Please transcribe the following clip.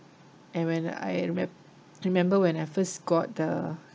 and when I re~ remember when I first got the